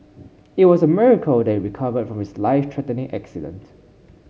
it was a miracle that he recovered from his life threatening accident